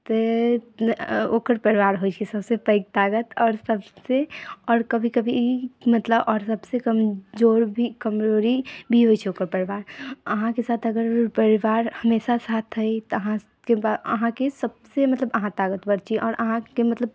तऽ ओकर परिवार होइ छै सभसँ पैघ ताकत आओर सभसँ आओर कभी कभी ई मतलब आओर सभसँ कमजोर भी कमजोरी भी होइ छै ओकर परिवार अहाँके साथ अगर परिवार हमेशा साथ अइ तऽ अहाँ अहाँके सभसँ मतलब अहाँ ताकतवर छी आओर अहाँके मतलब